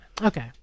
okay